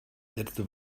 letzte